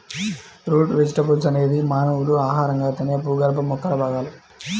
route vegetables అనేది మానవులు ఆహారంగా తినే భూగర్భ మొక్కల భాగాలు